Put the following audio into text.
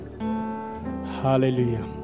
hallelujah